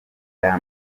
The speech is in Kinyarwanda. aya